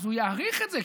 אז הוא יעריך את זה,